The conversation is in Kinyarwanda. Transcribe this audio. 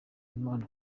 imana